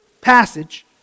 passage